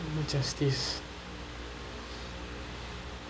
justice